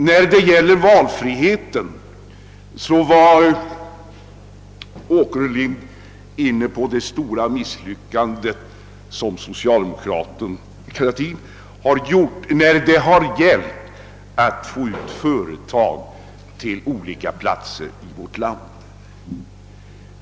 I fråga om valfriheten var herr Åkerlind inne på det stora misslyckandet för socialdemokratin när det gällt att få ut företag till olika platser i vårt land.